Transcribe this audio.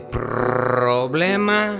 problema